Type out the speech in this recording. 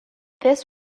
this